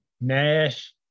Nash